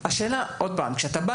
כשאתה בא